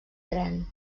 tren